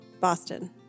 Boston